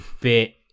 bit